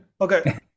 okay